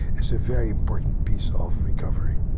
it's a very important piece of recovery